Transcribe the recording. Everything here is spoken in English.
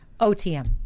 otm